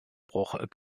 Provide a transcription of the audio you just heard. bruch